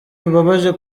bibabaje